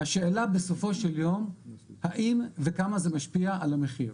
השאלה בסופו של יום האם וכמה זה משפיע על המחיר.